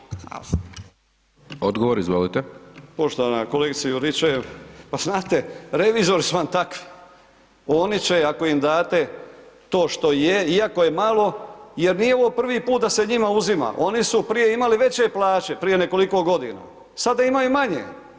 Poštovana kolegice Juričev, pa znate, revizori su vam takvi, oni će ako vam date, to što je iako je malo, jer nije ovo prvi put da se njima uzima, oni su prije imali veće plaće, prije nekoliko godina, sada imaju manje.